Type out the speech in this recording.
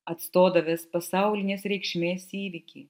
atstodavęs pasaulinės reikšmės įvykį